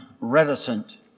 reticent